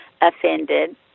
offended